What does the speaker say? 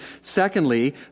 secondly